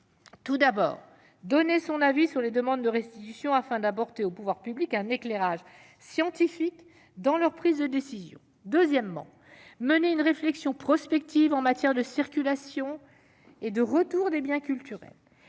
premièrement, rendre un avis sur les demandes de restitution, afin d'apporter aux pouvoirs publics un éclairage scientifique dans leur prise de décision ; deuxièmement, mener une réflexion prospective en matière de circulation et de retour des biens culturels